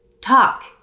talk